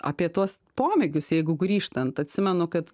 apie tuos pomėgius jeigu grįžtant atsimenu kad